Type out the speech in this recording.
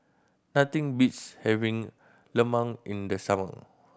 nothing beats having lemang in the summer